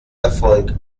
erfolg